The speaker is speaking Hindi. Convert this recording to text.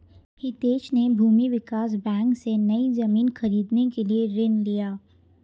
हितेश ने भूमि विकास बैंक से, नई जमीन खरीदने के लिए ऋण लिया